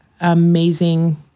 amazing